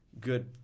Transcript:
good